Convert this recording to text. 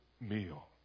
meal